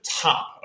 top